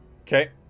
Okay